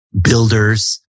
builders